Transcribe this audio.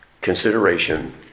consideration